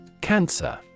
Cancer